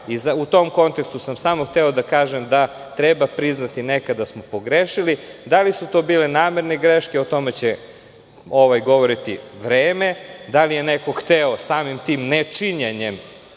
i u tom kontekstu sam samo hteo da kažem da treba priznati nekad da smo pogrešili. Da li su to bile namerne greške, o tome će govoriti vreme. Da li je neko hteo samim tim nečinjenjem